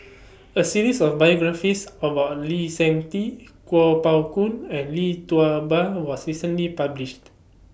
A series of biographies about Lee Seng Tee Kuo Pao Kun and Lee Tua Ba was recently published